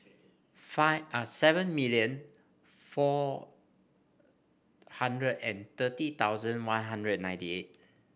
five seven million four hundred and thirty thousand One Hundred and ninety eight